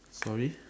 sorry